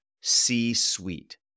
C-suite